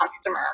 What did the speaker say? customer